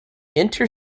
inter